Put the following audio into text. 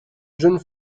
jeune